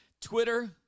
Twitter